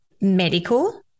medical